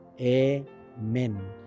amen